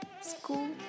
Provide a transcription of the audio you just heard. school